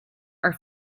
are